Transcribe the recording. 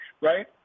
Right